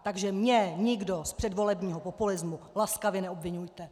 Takže mě nikdo z předvolebního populismu laskavě neobviňujte.